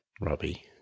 Robbie